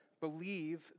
believe